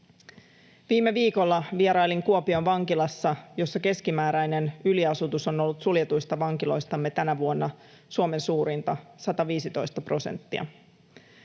Viime viikolla vierailin Kuopion vankilassa, jossa keskimääräinen yliasutus on ollut suljetuista vankiloistamme tänä vuonna Suomen suurinta, 115 prosenttia.